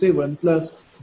000265270